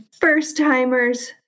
first-timers